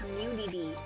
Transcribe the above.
community